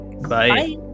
Bye